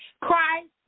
Christ